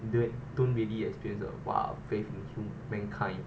the don't really experience a !wah! faith in hu~ mankind